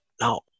Now